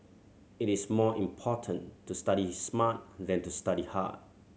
it is more important to study smart than to study hard